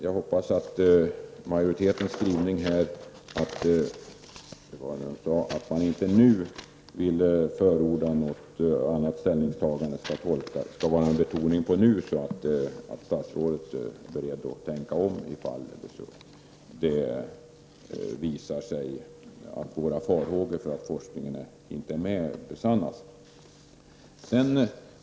Jag hoppas att majoritetens skrivning, där man säger att man inte nu vill förorda något annat ställningstagande, skall tolkas som att det är en betoning på ordet nu, och att statsrådet är beredd att tänka om i fall det visar sig att våra farhågor för att forskningen inte kommer till tals besannas.